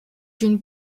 une